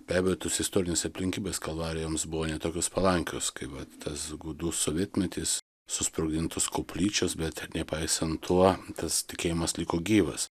be abejo tos istorinės aplinkybės kalvarijoms buvo ne tokios palankios kaip va tas gūdus sovietmetis susprogdintos koplyčios bet ir nepaisant tuo tas tikėjimas liko gyvas